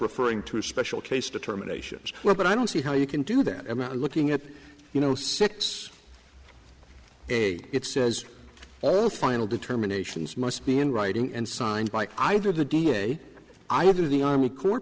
referring to a special case determinations well but i don't see how you can do that about looking at you know six a it says all final determinations must be in writing and signed by either the da either the army co